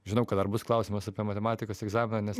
žinau kad dar bus klausimas apie matematikos egzaminą nes